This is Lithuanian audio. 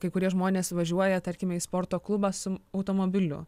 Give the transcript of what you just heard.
kai kurie žmonės važiuoja tarkime į sporto klubą su automobiliu